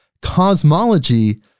cosmology